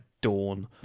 Dawn